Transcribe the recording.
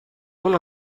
una